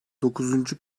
dokuzuncu